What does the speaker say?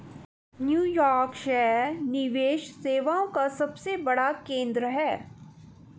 New York शहर निवेश सेवाओं का सबसे बड़ा केंद्र है